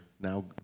now